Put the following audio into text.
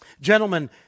Gentlemen